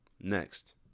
Next